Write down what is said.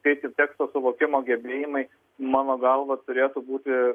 tai tik teksto suvokimo gebėjimai mano galva turėtų būti